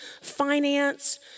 finance